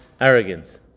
arrogance